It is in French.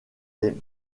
les